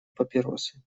папиросы